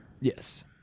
Yes